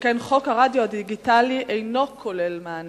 שכן חוק הרדיו הדיגיטלי אינו כולל מתן מענק?